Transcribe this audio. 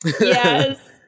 Yes